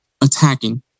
attacking